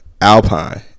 Alpine